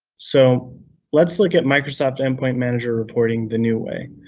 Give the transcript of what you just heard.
so let's look at microsoft endpoint manager reporting, the new way.